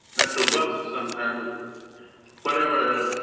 metro buses sometime with whatever